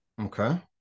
okay